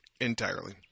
entirely